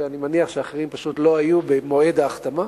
ואני מניח שהאחרים פשוט לא היו במועד ההחתמה,